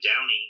Downey